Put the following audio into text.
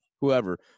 whoever